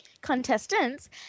contestants